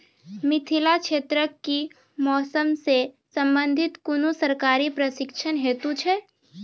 मिथिला क्षेत्रक कि मौसम से संबंधित कुनू सरकारी प्रशिक्षण हेतु छै?